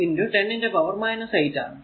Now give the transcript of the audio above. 72 10 ന്റെ പവർ 8 ആണ്